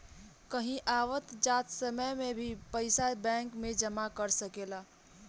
कहीं आवत जात समय में भी पइसा बैंक में जमा कर सकेलऽ